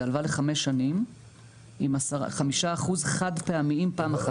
זה הלוואה לחמש שנים עם 5% חד פעמיים פעם אחת.